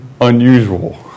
unusual